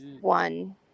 one